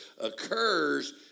occurs